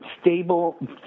stable